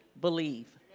believe